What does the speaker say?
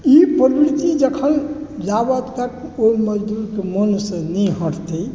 ई प्रवृति जखन जाबत तक ओहि मजदूरके मोनसँ नहि हटतै